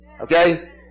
Okay